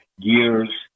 years